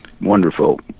wonderful